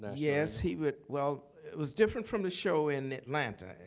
yeah yes, he was well, it was different from the show in atlanta.